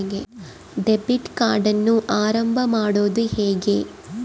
Debit ಕಾರ್ಡನ್ನು ಆರಂಭ ಮಾಡೋದು ಹೇಗೆ?